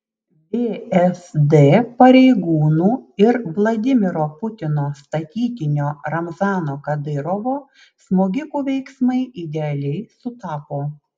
vsd pareigūnų ir vladimiro putino statytinio ramzano kadyrovo smogikų veiksmai idealiai sutapo